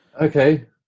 Okay